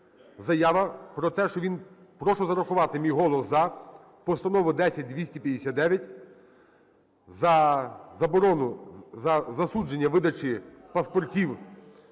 Заява про те, що він… "Прошу зарахувати мій голос "за", Постанова 10259 за засудження видачі паспортів